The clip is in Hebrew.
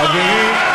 חברי,